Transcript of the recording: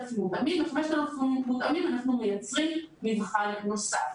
5,000 מותאמים ול-5,000 מותאמים אנחנו מייצרים מבחן נוסף,